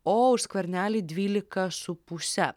o už skvernelį dvylika su puse